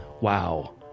wow